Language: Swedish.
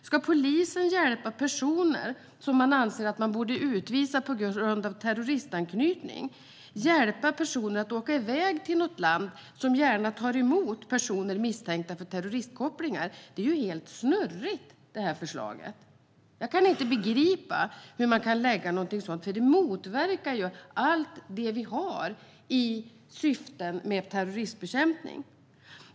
Ska polisen hjälpa personer man anser borde utvisas på grund av terroristanknytning att åka iväg till något land som gärna tar emot personer misstänkta för terroristkopplingar? Det är ju helt snurrigt, det här förslaget! Jag kan inte begripa hur man kan lägga fram någonting sådant; det motverkar ju allt det vi har i syfte att bekämpa terrorism.